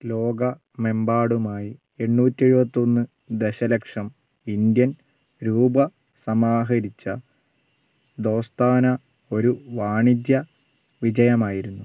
ലോകമെമ്പാടുമായി എണ്ണൂറ്റെഴുപത്തിയൊന്ന് ദശലക്ഷം ഇന്ത്യൻ രൂപ സമാഹരിച്ച ദോസ്താന ഒരു വാണിജ്യ വിജയമായിരുന്നു